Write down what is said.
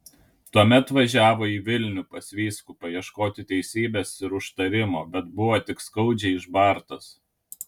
tuomet važiavo į vilnių pas vyskupą ieškoti teisybės ir užtarimo bet buvo tik skaudžiai išbartas